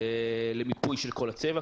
למיפוי של כל הצבע.